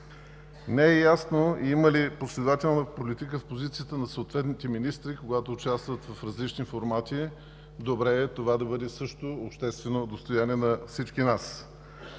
Не е ясно има ли последователна политика в позицията на съответните министри, когато участват в различни формати. Добре е това да бъде също обществено достояние на всички нас.